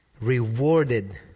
rewarded